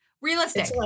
realistic